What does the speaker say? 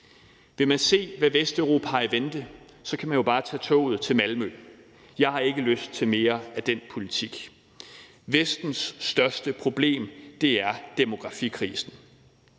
Vil man se, hvad Vesteuropa har i vente, kan man jo bare tage toget til Malmø. Jeg har ikke lyst til mere af den politik. Vestens største problem er demografikrisen.